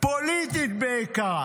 פוליטית בעיקרה